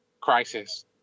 Crisis